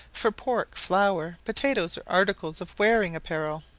for pork, flour, potatoes, or articles of wearing-apparel.